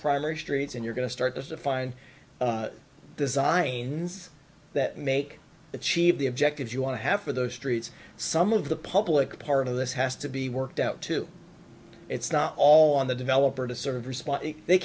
primary streets and you're going to start to find designs that make achieve the objectives you want to have for those streets some of the public part of this has to be worked out too it's not all on the developer to sort of